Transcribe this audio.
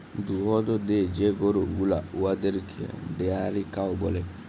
দুহুদ দেয় যে গরু গুলা উয়াদেরকে ডেয়ারি কাউ ব্যলে